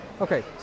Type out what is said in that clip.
Okay